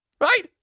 right